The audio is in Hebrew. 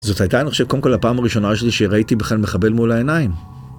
זאת הייתה, אני חושב, קודם כל הפעם הראשונה שלי שראיתי בכלל מחבל מול העיניים.